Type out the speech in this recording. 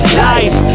life